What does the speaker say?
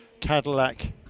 Cadillac